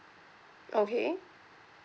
okay